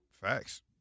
Facts